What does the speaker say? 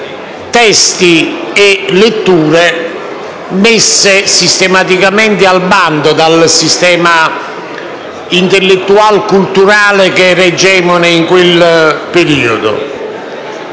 testi e letture messe sistematicamente al bando dal sistema intellettual-culturale prevalente in quel periodo.